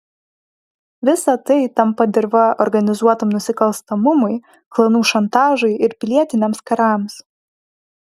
visa tai tampa dirva organizuotam nusikalstamumui klanų šantažui ir pilietiniams karams